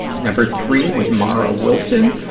number three was mara wilson.